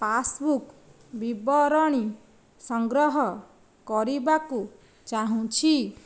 passbook ବିବରଣୀ ସଂଗ୍ରହ କରିବାକୁ ଚାହୁଁଛି